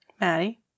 Maddie